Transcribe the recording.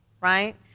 right